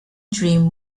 dream